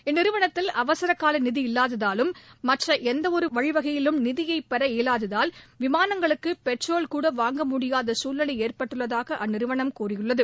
இந்நிறுவனத்தில் அவசரகாலநிதி இல்லாததாலும் மற்றளந்தவொருவழிவகையிலும் நிதியைபெற இயலாததால் விமானங்களுக்குபெட்ரோல்கூடவாங்க முடியாதகுழ்நிலைஏற்பட்டுள்ளதாகஅந்நிறுவனம் கூறியுள்ளது